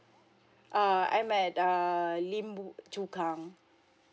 err I'm at err lim bu~ chu kang